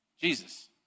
Jesus